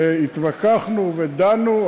והתווכחנו ודנו,